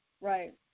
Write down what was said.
Right